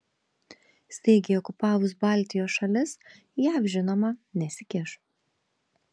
staigiai okupavus baltijos šalis jav žinoma nesikiš